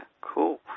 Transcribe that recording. cool